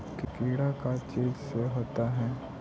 कीड़ा का चीज से होता है?